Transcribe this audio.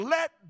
let